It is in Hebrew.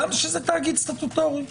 הגם שזה תאגיד סטטוטורי.